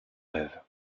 neuve